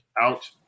out